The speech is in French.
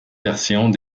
versions